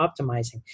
optimizing